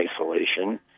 isolation